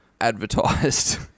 advertised